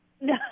No